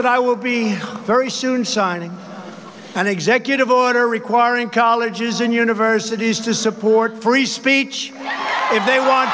that i will be very soon signing an executive order requiring colleges and universities to support free speech but if they want